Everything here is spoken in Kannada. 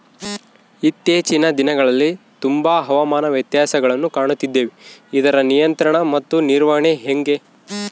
ಇತ್ತೇಚಿನ ದಿನಗಳಲ್ಲಿ ತುಂಬಾ ಹವಾಮಾನ ವ್ಯತ್ಯಾಸಗಳನ್ನು ಕಾಣುತ್ತಿದ್ದೇವೆ ಇದರ ನಿಯಂತ್ರಣ ಮತ್ತು ನಿರ್ವಹಣೆ ಹೆಂಗೆ?